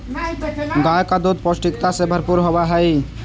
गाय का दूध पौष्टिकता से भरपूर होवअ हई